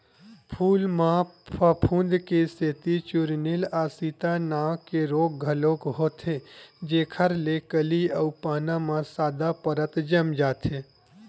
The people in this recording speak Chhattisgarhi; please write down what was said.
फूल म फफूंद के सेती चूर्निल आसिता नांव के रोग घलोक होथे जेखर ले कली अउ पाना म सादा परत जम जाथे